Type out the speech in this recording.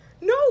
No